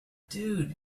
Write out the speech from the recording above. dude